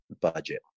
budget